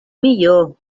millor